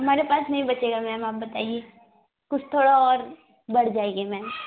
हमारे पास नहीं बचेगा मैम आप बताइए कुछ थोड़ा और बढ़ जाएगी मैम